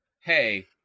hey